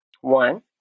One